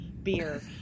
beer